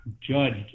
judge